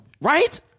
Right